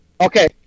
Okay